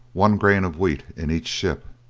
one grain of wheat in each ship,